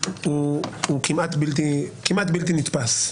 הוא כמעט בלתי נתפס.